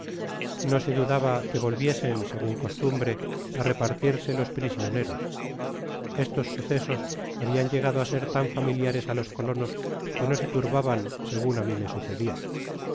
no se dudaba que volviesen segun costumbre á repartirse los prisioneros estos sucesos hablan llegado á ser tan familiares los colonos que no se turbaban segun á mi me sucedia